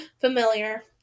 familiar